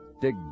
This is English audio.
Dig